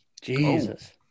Jesus